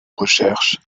recherche